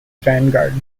vanguard